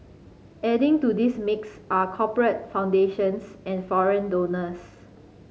adding to this mix are corporate foundations and foreign donors